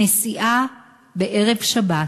הנסיעה בערב שבת,